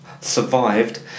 survived